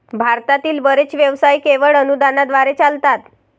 भारतातील बरेच व्यवसाय केवळ अनुदानाद्वारे चालतात